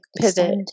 pivot